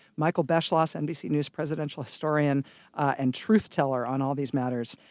michael beschloss, nbc news presidential historian and truth teller on all these matters.